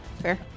fair